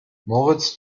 moritz